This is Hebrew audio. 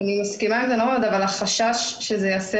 אני מסכימה מאוד אבל החשש הוא שזה ייעשה